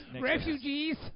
Refugees